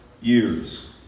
years